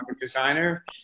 designer